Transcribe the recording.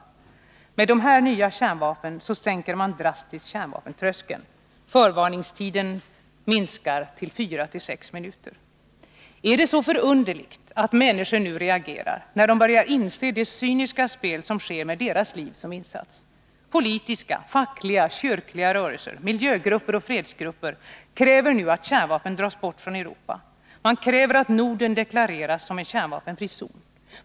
Med dessa nya kärnvapen sänker man drastiskt kärnvapentröskeln. Förvarningstiden minskar till fyra-sex minuter. Är det så förunderligt att människor nu reagerar, när de börjar inse det cyniska spel som sker med deras liv som insats? Politiska, fackliga, kyrkliga rörelser, miljögrupper och fredsgrupper kräver nu att kärnvapnen dras bort från Europa. Man kräver att Norden deklareras som en kärnvapenfri zon.